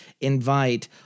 invite